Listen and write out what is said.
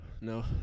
No